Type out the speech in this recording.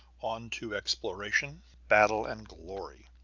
on to exploration, battle, and glory.